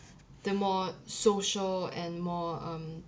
the more social and more um